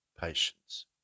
patience